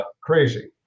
crazy